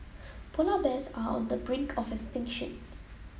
polar bears are on the brink of extinction